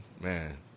man